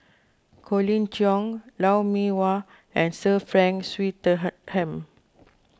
Colin Cheong Lou Mee Wah and Sir Frank Swettenham